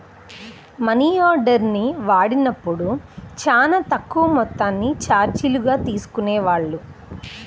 మనియార్డర్ని వాడినప్పుడు చానా తక్కువ మొత్తాన్ని చార్జీలుగా తీసుకునేవాళ్ళు